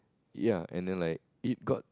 ya and then like it got